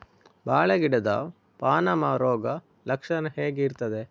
ಬಾಳೆ ಗಿಡದ ಪಾನಮ ರೋಗ ಲಕ್ಷಣ ಹೇಗೆ ಇರ್ತದೆ?